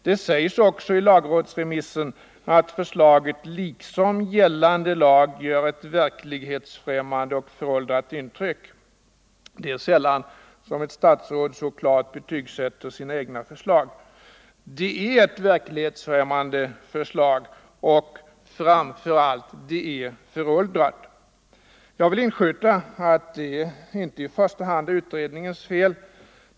Det sägs också i lagrådsremissen att förslaget liksom gällande lag gör ett verklighetsfrämmande och föråldrat intryck. Det är sällan som ett statsråd så klart betygsätter sina egna förslag. Det är ett verklighetsfrämmande förslag, och det är framför allt föråldrat. Jag vill inskjuta att det inte i första hand är utredningens fel.